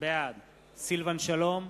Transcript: בעד סילבן שלום,